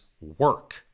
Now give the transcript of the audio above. work